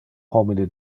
homine